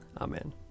Amen